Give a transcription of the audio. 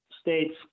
states